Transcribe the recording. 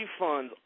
refunds